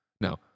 No